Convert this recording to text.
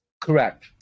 Correct